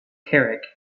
carrick